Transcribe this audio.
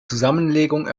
zusammenlegung